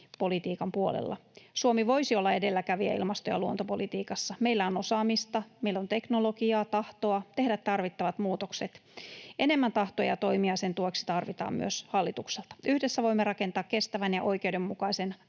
politiikan puolella. Suomi voisi olla edelläkävijä ilmasto- ja luontopolitiikassa. Meillä on osaamista, meillä on teknologiaa, tahtoa tehdä tarvittavat muutokset. Enemmän tahtoa ja toimia sen tueksi tarvitaan myös hallitukselta. Yhdessä voimme rakentaa kestävän ja oikeudenmukaisen